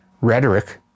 rhetoric